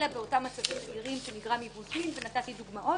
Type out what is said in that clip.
אלא באותם מצבים נדירים שנגרמו עיוותים ונתתי דוגמאות.